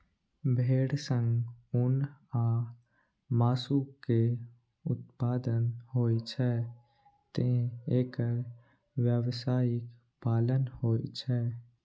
भेड़ सं ऊन आ मासु के उत्पादन होइ छैं, तें एकर व्यावसायिक पालन होइ छै